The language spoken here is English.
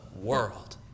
world